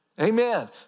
Amen